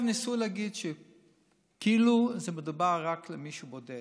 ניסו להגיד שכאילו מדובר באדם בודד,